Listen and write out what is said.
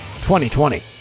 2020